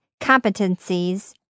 competencies